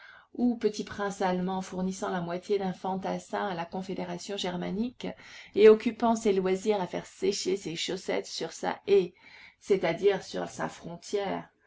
ou petit prince allemand fournissant la moitié d'un fantassin à la confédération germanique et occupant ses loisirs à faire sécher ses chaussettes sur sa haie c'est-à-dire sur sa frontière